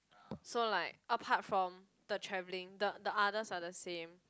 so like apart from the travelling the the others are the same